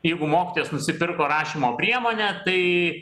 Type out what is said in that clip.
jeigu mokytojas nusipirko rašymo priemonę tai